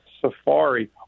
Safari